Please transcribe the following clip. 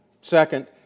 Second